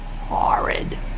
horrid